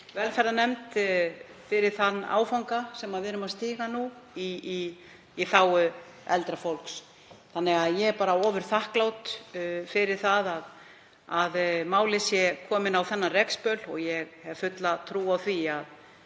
velferðarnefnd fyrir þann áfanga sem við náum nú í þágu eldra fólks. Ég er ofurþakklát fyrir það að málið sé komið á þennan rekspöl og ég hef fulla trú á því að